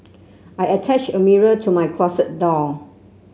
I attached a mirror to my closet door